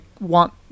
want